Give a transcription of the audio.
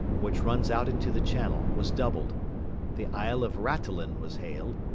which runs out into the channel, was doubled the isle of rattelin was hailed,